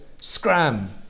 Scram